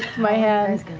my hand.